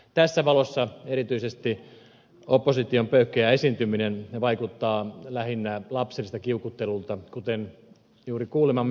tässä valossa erityisesti opposition pöyhkeä esiintyminen vaikuttaa lähinnä lapselliselta kiukuttelulta kuten juuri kuulemamme ed